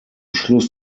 schluss